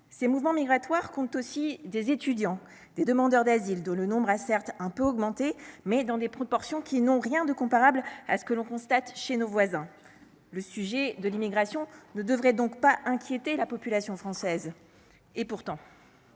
Ces mouvements migratoires comptent aussi des étudiants, des demandeurs d’asile, dont le nombre a certes un peu augmenté, mais dans des proportions qui n’ont rien de comparable à ce que l’on constate chez nos voisins. Le sujet de l’immigration ne devrait donc pas inquiéter la population française. Et pourtant…